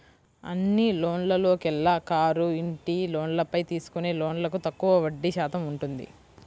అన్ని లోన్లలోకెల్లా కారు, ఇంటి లోన్లపై తీసుకునే లోన్లకు తక్కువగా వడ్డీ శాతం ఉంటుంది